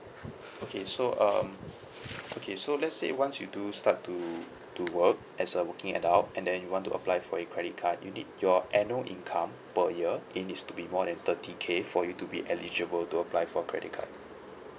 okay so um okay so let's say once you do start to to work as a working adult and then you want to apply for a credit card you need your annual income per year it needs to be more than thirty K for you to be eligible to apply for credit card